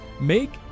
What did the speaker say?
make